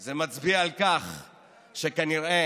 זה כנראה